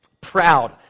proud